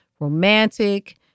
romantic